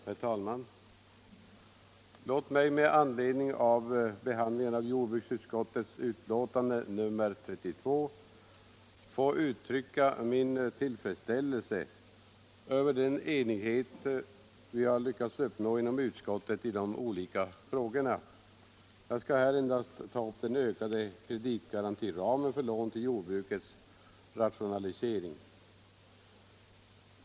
Herr talman! Låt mig med anledning av behandlingen av jordbruksutskottets betänkande nr 32 få uttrycka min tillfredsställelse över den enighet som vi lyckats uppnå inom utskottet i de olika frågorna. Jag skall här endast ta upp den vidgade kreditgarantiramen för lån till jordbrukets rationalisering.